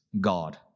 God